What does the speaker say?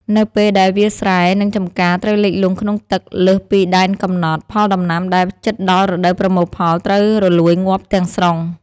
នៅពេលដែលវាលស្រែ និងចម្ការត្រូវលិចលង់ក្នុងទឹកលើសពីដែនកំណត់ ផលដំណាំដែលជិតដល់រដូវប្រមូលផលត្រូវរលួយងាប់ទាំងស្រុង។